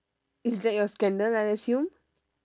is that your scandal I assume